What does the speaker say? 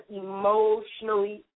emotionally